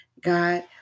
God